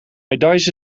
medailles